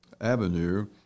Avenue